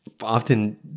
Often